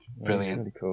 Brilliant